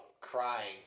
crying